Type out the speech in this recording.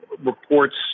reports